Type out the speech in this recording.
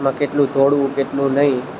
એમાં કેટલું દોડવું કેટલું નહીં